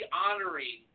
honoring